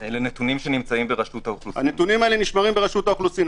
הנתונים האלה נשמרים ברשות האוכלוסין.